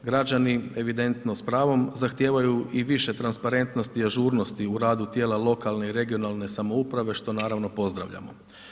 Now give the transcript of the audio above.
Građani evidentno s pravom zahtijevaju i više transparentnosti i ažurnosti u radu tijela lokalne i regionalne samouprave što naravno pozdravljamo.